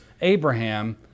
Abraham